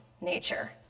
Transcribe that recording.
nature